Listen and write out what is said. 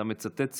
אתה מצטט ציטוטים.